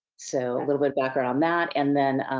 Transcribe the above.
so, a little bit background on that and then.